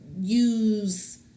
use